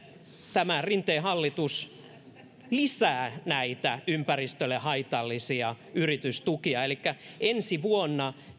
tämä rinteen hallitus lisää näitä ympäristölle haitallisia yritystukia elikkä ensi vuonna